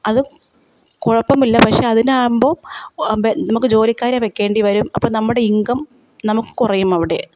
അതു കുഴപ്പമില്ല പക്ഷെ അതിനാകുമ്പോൾ നമുക്ക് ജോലിക്കാരെ വെക്കേണ്ടി വരും അപ്പോൾ നമ്മുടെ ഇൻകം നമുക്ക് കുറയും അവടെ